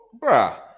bruh